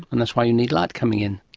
and that's why you need light coming in.